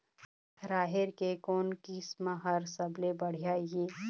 राहेर के कोन किस्म हर सबले बढ़िया ये?